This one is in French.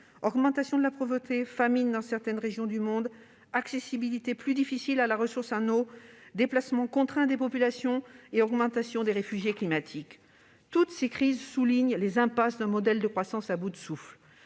l'augmentation de la pauvreté, les famines dans certaines régions du monde, l'accessibilité plus difficile à la ressource en eau, les déplacements contraints des populations et l'augmentation des réfugiés climatiques. Toutes ces crises soulignent les impasses d'un modèle de croissance à bout de souffle.